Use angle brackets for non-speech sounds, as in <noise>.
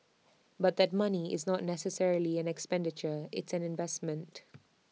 <noise> but that money is not necessarily an expenditure it's an investment